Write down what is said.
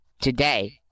today